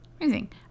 Amazing